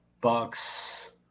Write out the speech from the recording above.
Bucks